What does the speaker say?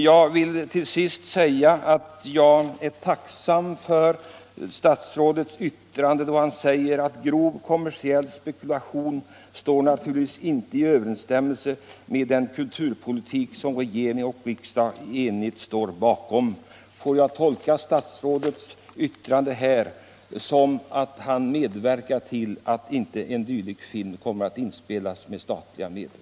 Till sist vill jag säga att jag är tacksam för att statsrådet i svaret säger: ”Grov kommersiell spekulation står naturligtvis inte i överensstämmelse med den kulturpolitik som regering och riksdag enigt står bakom.” Får jag tolka statsrådets yttrande så att han medverkar till att inte en dylik film kommer att inspelas med statliga medel?